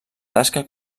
tasca